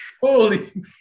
Holy